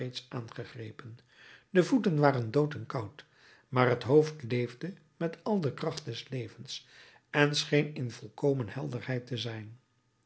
aangegrepen de voeten waren dood en koud maar het hoofd leefde met al de kracht des levens en scheen in volkomen helderheid te zijn